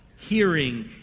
Hearing